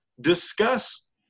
discuss